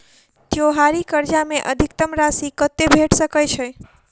त्योहारी कर्जा मे अधिकतम राशि कत्ते भेट सकय छई?